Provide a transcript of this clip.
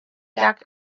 dug